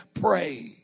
pray